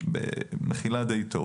די טוב.